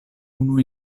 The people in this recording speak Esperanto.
unu